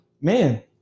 Man